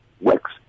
works